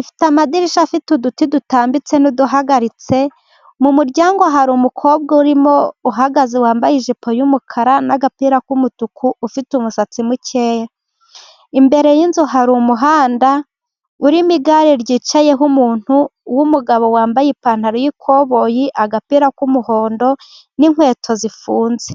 ifite amadirishya afite uduti dutambitse n'uduhagaritse, mu muryango hari umukobwa urimo uhagaze wambaye ijipo y'umukara n'agapira k'umutuku ufite umusatsi mukeya. Imbere y'inzu hari umuhanda urimo igare ryicayeho umuntu w'umugabo, wambaye ipantaro y'ikoboyi, agapira k'umuhondo n'inkweto zifunze.